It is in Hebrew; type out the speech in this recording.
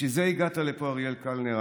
בשביל זה הגעת לפה, אריאל קלנר.